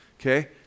okay